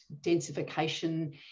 densification